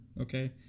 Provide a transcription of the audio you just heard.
Okay